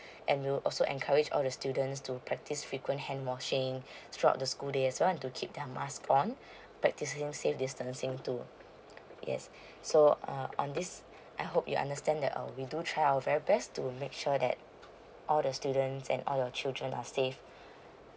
and we'll also encourage all the students to practice frequent hand washing throughout the school days as well and to keep their mask on practicing safe distancing too yes so uh on this I hope you understand that uh we do try our very best to make sure that all the students and all your children are safe